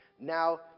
Now